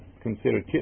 considered